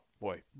boy